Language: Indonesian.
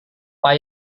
pak